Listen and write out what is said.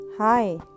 Hi